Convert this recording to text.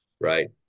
right